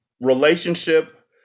relationship